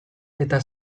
eta